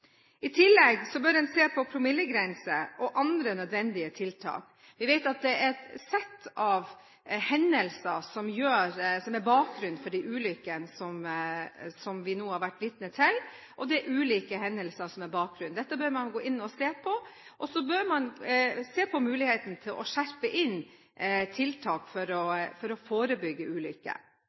I tillegg bør en se på promillegrenser og andre nødvendige tiltak. Vi vet at det er et sett av hendelser som er bakgrunnen for de ulykkene vi nå har vært vitne til, og det er ulike hendelser som er bakgrunnen. Dette bør man gå inn og se på, og så bør man se på muligheten for å innskjerpe tiltak for å